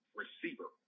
receiver